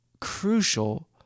crucial